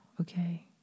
okay